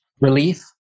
Relief